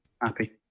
happy